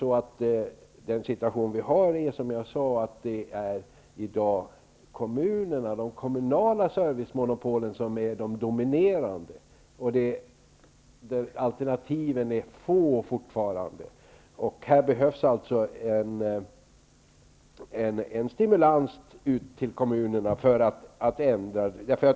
I dagens situation är ju de kommunala servicemonopolen dominerande. Alternativen är fortfarande få. Här behövs alltså en stimulans till kommunerna för att ändra.